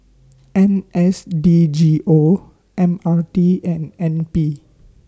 N S D G O M R T and N P